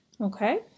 Okay